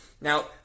Now